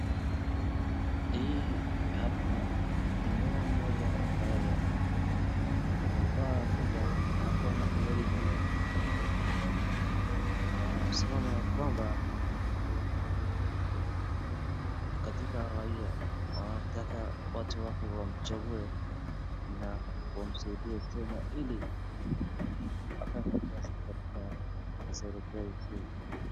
Hii hapa ni mama mmoja ambaye amevaa rinda na ako na nywele nyingi na amesimama katika raia antaka watu wake wamchague na wamsaidie tena iliafanye kazi katika serikali kuu.